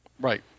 Right